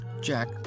Jack